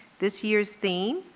this year's theme,